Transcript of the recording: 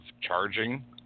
charging